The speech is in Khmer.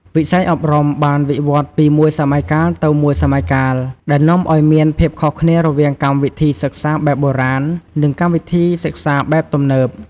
វិស័យអប់រំបានវិវឌ្ឍន៍ពីមួយសម័យកាលទៅមួយសម័យកាល ដែលនាំឱ្យមានភាពខុសគ្នារវាងកម្មវិធីសិក្សាបែបបុរាណ និងកម្មវិធីសិក្សាបែបទំនើប។